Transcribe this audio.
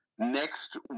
next